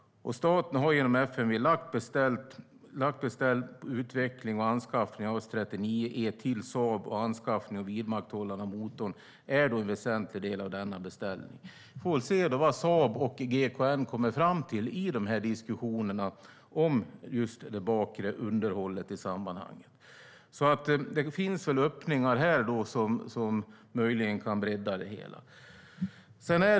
Staten har genom FMV lagt beställning på utveckling och anskaffning av JAS 39E till Saab. Anskaffning och vidmakthållande av motorn är en väsentlig del av denna beställning. Vi får väl se vad Saab och GKN kommer fram till i diskussionerna om just det bakre underhållet. Det finns möjligen öppningar här.